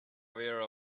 aware